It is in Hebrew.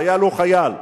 חייל הוא חייל,